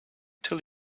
till